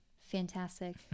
fantastic